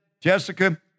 Jessica